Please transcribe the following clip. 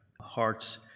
hearts